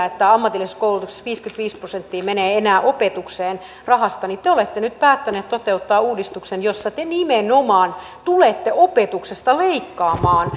että ammatillisessa koulutuksessa viisikymmentäviisi prosenttia rahasta menee enää opetukseen mutta te olettekin nyt päättäneet toteuttaa uudistuksen jossa te nimenomaan tulette opetuksesta leikkaamaan